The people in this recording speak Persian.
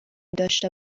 داشته